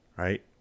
right